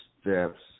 steps